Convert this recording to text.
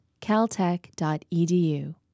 caltech.edu